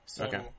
Okay